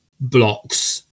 blocks